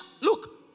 Look